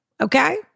Okay